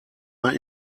man